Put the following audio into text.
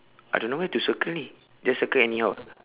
I don't know where to circle ini just circle anyhow